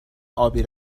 ابی